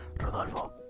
Rodolfo